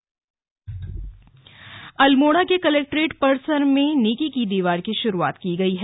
नेकी की दीवार अल्मोड़ा के कलेक्ट्रेट परिसर में नेकी की दीवार की शुरुआत की गई है